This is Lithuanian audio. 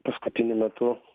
paskutiniu metu